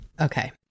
okay